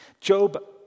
Job